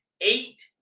eight